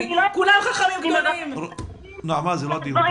כולם חכמים --- נעמה, זה לא הדיון